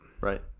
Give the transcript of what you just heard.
Right